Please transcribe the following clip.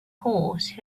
horse